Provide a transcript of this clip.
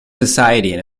society